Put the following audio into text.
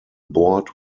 board